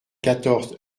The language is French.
quatorze